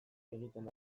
egiten